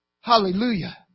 Hallelujah